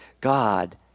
God